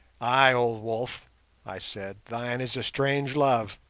ay, old wolf i said, thine is a strange love.